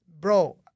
bro